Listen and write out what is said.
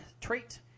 trait